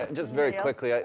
and just very quickly,